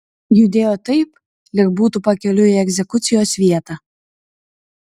judėjo taip lyg būtų pakeliui į egzekucijos vietą